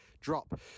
drop